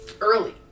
early